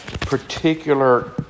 particular